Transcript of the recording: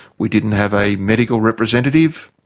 we didn't have a medical representative,